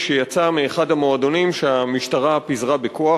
שיצא מאחד המועדונים שהמשטרה פיזרה בכוח.